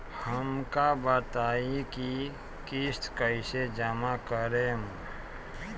हम का बताई की किस्त कईसे जमा करेम?